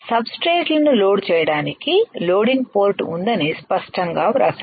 సబ్స్ట్రేట్లను load చేయడానికి loading port ఉందని స్పష్టంగా వ్రాసాను